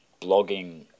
blogging